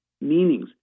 meanings